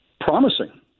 Promising